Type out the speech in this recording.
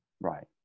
Right